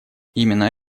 именно